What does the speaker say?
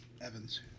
Evans